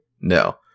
no